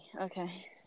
okay